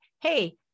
hey